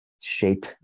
shape